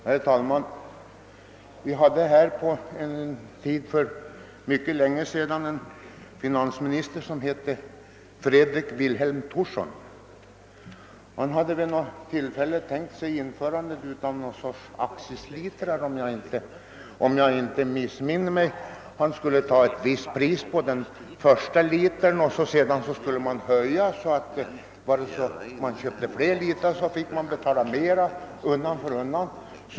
Herr talman! Vi hade för mycket länge sedan en finansminister som hette Fredrik Vilhelm Thorsson. Han hade vid något tillfälle tänkt sig införandet av ett slags accislitrar, om jag inte missminner mig. Han skulle ta ett visst pris på den första litern och sedan höja priset för varje inköpt liter undan för undan.